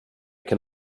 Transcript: can